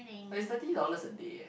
but it's thirty dollars a day eh